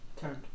Turned